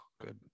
good